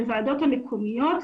בוועדות המקומיות,